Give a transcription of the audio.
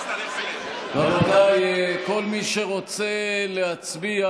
רבותיי, כל מי שרוצה להצביע